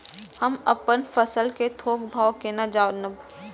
हम अपन फसल कै थौक भाव केना जानब?